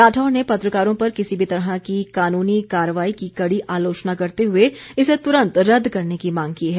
राठौर ने पत्रकारों पर किसी भी तरह की कानूनी कार्रवाई की कड़ी आलोचना करते हुए इसे तुरंत रद्द करने की मांग की है